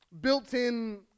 built-in